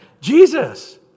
Jesus